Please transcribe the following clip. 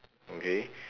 okay